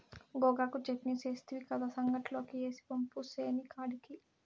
గోగాకు చెట్నీ సేస్తివి కదా, సంగట్లోకి ఏసి పంపు సేనికాడికి